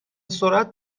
سرعت